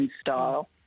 style